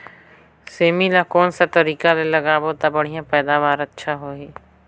सेमी ला कोन सा तरीका ले लगाबो ता बढ़िया पैदावार अच्छा होही?